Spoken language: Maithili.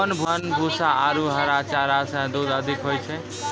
कोन भूसा आरु हरा चारा मे दूध अधिक होय छै?